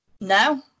No